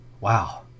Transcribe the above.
Wow